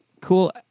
cool